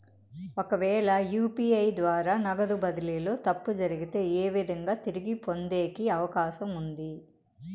ఒకవేల యు.పి.ఐ ద్వారా నగదు బదిలీలో తప్పు జరిగితే, ఏ విధంగా తిరిగి పొందేకి అవకాశం ఉంది?